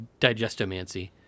Digestomancy